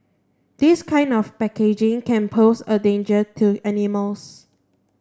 this kind of packaging can pose a danger to animals